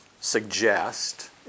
suggest